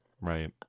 Right